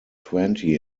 twenty